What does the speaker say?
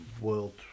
world